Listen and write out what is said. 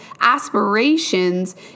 aspirations